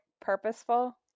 purposeful